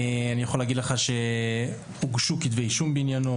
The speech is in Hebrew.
אני יכול להגיד לך שהוגשו כתבי אישום בעניינו,